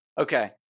okay